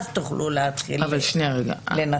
אז תוכלו להתחיל לנסח.